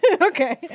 Okay